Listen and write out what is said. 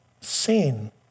sin